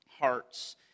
hearts